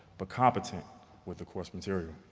but competent with the course material.